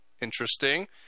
Interesting